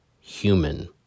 human